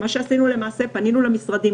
מה שעשינו למעשה הוא שפנינו למשרדים,